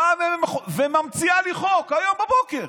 באה וממציאה לי חוק, היום בבוקר.